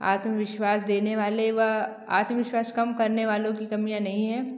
आत्मविश्वास देने वाले वा आत्मविश्वास कम करने वालों कि कमियाँ नहीं है